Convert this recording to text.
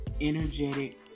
energetic